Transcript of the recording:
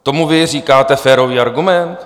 Tomu vy říkáte férový argument?